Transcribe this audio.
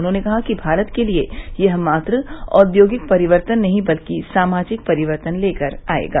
उन्होंने कहा कि भारत के लिए यह मात्र औद्योगिक परिवर्तन नहीं बल्कि सामाजिक परिवर्तन लेकर आयेगा